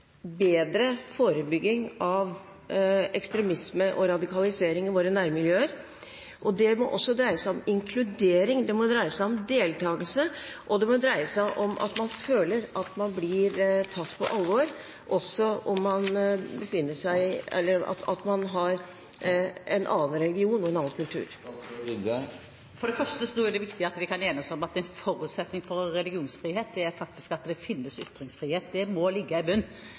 bedre forebygging av ekstremisme og radikalisering i våre nærmiljøer? Det må også dreie seg om inkludering, det må dreie seg om deltakelse, og det må dreie seg om at man føler at man blir tatt på alvor også om man har en annen religion og en annen kultur. For det første så tror jeg det er viktig at vi kan enes om at en forutsetning for religionsfrihet faktisk er at det finnes ytringsfrihet. Det må ligge i